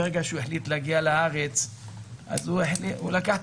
ברגע שהוא החליט להגיע לארץ הוא לקח את